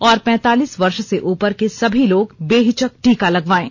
और पैंतालीस वर्ष से उपर के सभी लोग बेहिचक टीका लगवायें